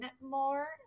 more